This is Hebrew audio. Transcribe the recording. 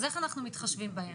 אז איך אנחנו מתחשבים בהם?